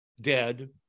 dead